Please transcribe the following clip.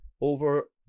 over